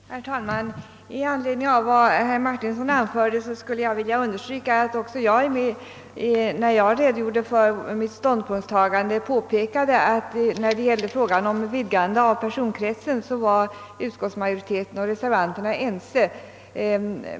Herr talman! Med anledning av vad herr Martinsson anförde vill jag understryka att även jag, när jag redogjorde för min ståndpunkt då det gäller vidgande av personkretsen, påpekade att utskottsmajoriteten och reservanterna är ense.